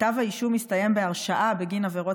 כתב האישום הסתיים בהרשעה בגין עבירות